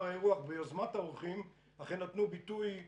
האירוח ביוזמת האורחים אכן נתנו ביטוי לאירוח.